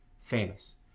famous